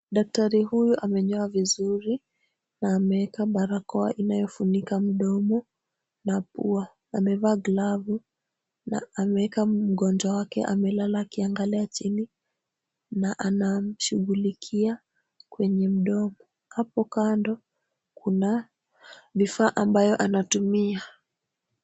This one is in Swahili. Daktari huyu amenyoa vizuri na ameeka barakoa inayofunika mdomo na pua. Amevaa glavu na ameeka mgonjwa wake amelala akiangalia chini na anamshughulikia kwenye mdomo. Hapo kando kuna vifaa ambayo anatumia.